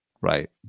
right